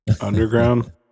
Underground